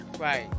Right